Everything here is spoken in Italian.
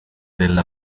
della